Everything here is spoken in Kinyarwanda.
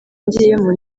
ngiyemo